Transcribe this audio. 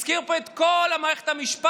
הזכיר פה את כל מערכת המשפט.